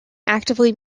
actively